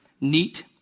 neat